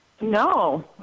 No